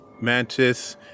mantis